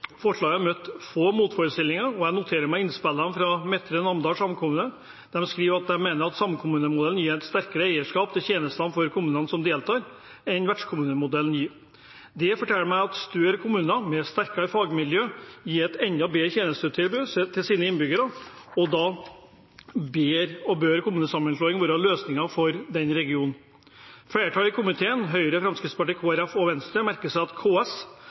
Forslaget har møtt få motforestillinger, og jeg noterer meg innspillet fra Midtre Namdal samkommune. De skriver at de mener at samkommunemodellen gir et sterkere eierskap til tjenestene for kommunene som deltar, enn det vertskommunemodellen gir. Det forteller meg at større kommuner med sterkere fagmiljø gir et bedre tjenestetilbud til sine innbyggere, og da bør kommunesammenslåing være løsningen for den regionen. Flertallet i komiteen, Høyre, Fremskrittspartiet, Kristelig Folkeparti og Venstre, merker seg at KS,